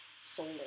solar